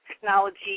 technology